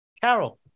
Carol